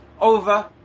over